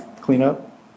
cleanup